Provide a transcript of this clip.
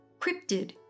cryptid